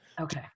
Okay